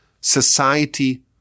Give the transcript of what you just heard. society